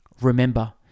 Remember